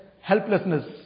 helplessness